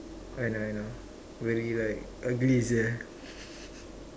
I know I know very right ugly sia